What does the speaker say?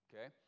Okay